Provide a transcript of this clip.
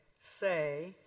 say